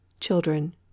Children